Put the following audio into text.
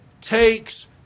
takes